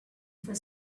for